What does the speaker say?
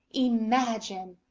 imagine!